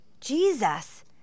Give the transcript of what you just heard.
Jesus